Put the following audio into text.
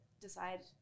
decide